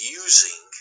using